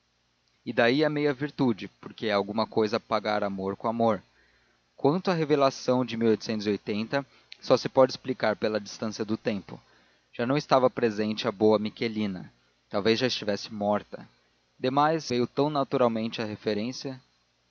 e daí a meia virtude porque é alguma cousa pagar amor com amor quanto à revelação de só se pode explicar pela distância do tempo já não estava presente a boa miquelina talvez já estivesse morta demais veio tão naturalmente a referência